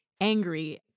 angry